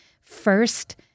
first